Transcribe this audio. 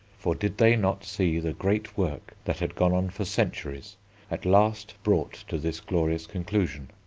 for did they not see the great work that had gone on for centuries at last brought to this glorious conclusion?